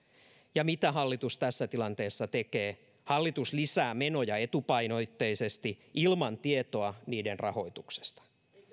ja mitä hallitus tässä tilanteessa tekee hallitus lisää menoja etupainotteisesti ilman tietoa niiden rahoituksesta